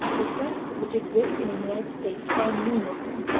the sects which exist in the united states are innumerable.